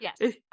Yes